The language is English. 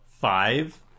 five